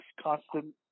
constant